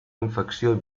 infecció